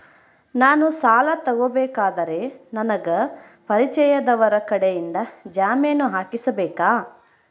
ನಾನು ಸಾಲ ತಗೋಬೇಕಾದರೆ ನನಗ ಪರಿಚಯದವರ ಕಡೆಯಿಂದ ಜಾಮೇನು ಹಾಕಿಸಬೇಕಾ?